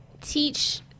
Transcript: teach